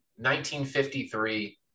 1953